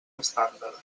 estàndard